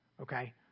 okay